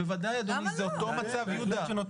בוודאי אדוני, זה אותו מצב יהודה.